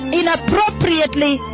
inappropriately